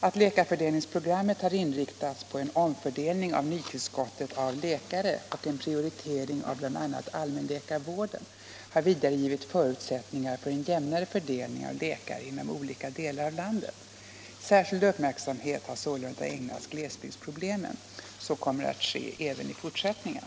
Att läkarfördelningsprogrammet har inriktats på en omfördelning av nytillskottet av läkare och en prioritering av bl.a. allmänläkarvården har vidare givit förutsättningar för en jämnare fördelning av läkare inom olika delar av landet. Särskild uppmärksamhet har sålunda ägnats glesbygdsproblemen. Så kommer att ske även i fortsättningen.